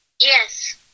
Yes